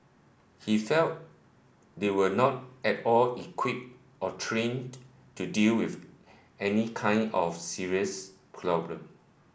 he felt they were not at all equipped or trained to deal with any kind of serious problem